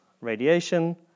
radiation